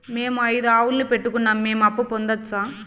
మేము ఐదు ఆవులని పెట్టుకున్నాం, మేము అప్పు పొందొచ్చా